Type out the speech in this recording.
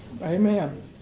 Amen